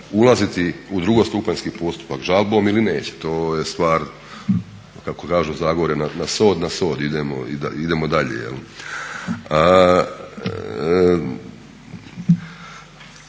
ulaziti u drugostupanjski postupak žalbom ili neće. To je stvar kako kažu u Zagorju na sod, na sod idemo i